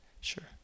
sure